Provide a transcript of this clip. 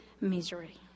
misery